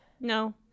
no